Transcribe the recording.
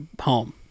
home